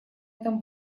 этом